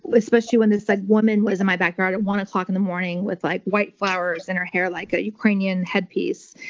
especially when this like woman was in my backyard at one in the morning, with like white flowers in her hair, like a ukrainian headpiece,